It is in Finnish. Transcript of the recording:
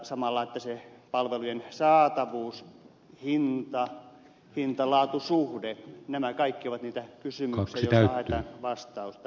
samalla palvelujen saatavuus hintalaatu suhde nämä kaikki ovat niitä kysymyksiä joihin haetaan vastausta